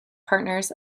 partners